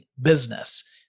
business